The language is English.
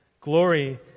glory